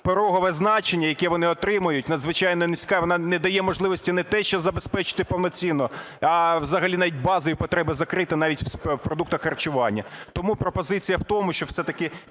порогове значення, яке вони отримують, надзвичайно низьке, воно не дає можливості не те, що забезпечити повноцінно, а взагалі навіть базові потреби закрити навіть в продуктах харчування. Тому пропозиція в тому, щоб все-таки